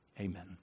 Amen